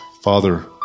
father